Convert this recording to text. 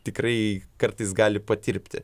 tikrai kartais gali patirpti